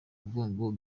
mugongo